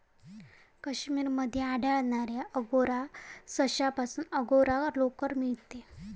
काश्मीर मध्ये आढळणाऱ्या अंगोरा सशापासून अंगोरा लोकर मिळते